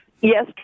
Yes